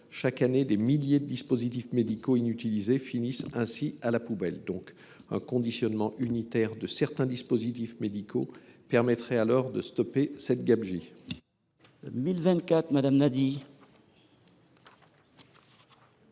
Chaque année, des milliers de dispositifs médicaux inutilisés finissent ainsi à la poubelle. Un conditionnement unitaire de certains dispositifs médicaux permettrait de stopper cette gabegie. La parole est